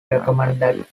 recommended